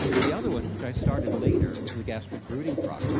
and the other one, which i started later, was the gastric brooding frog.